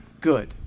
good